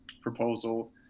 proposal